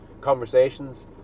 conversations